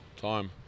time